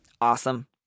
Awesome